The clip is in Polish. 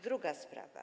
Druga sprawa.